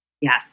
Yes